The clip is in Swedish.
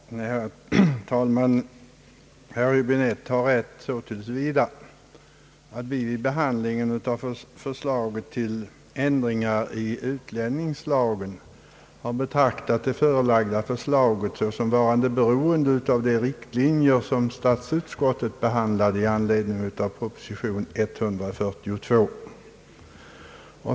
Herr talman! Herr Höäbinette har rätt så till vida att vi vid behandlingen av förslaget till ändringar i utlänningslagen har betraktat det förelagda förslaget såsom beroende av de riktlinjer som statsutskottet behandlade i anledning av proposition 142.